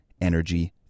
energy